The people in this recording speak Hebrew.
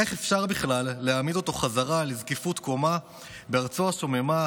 איך אפשר בכלל להעמיד אותו בחזרה לזקיפות קומה בארצו השוממה,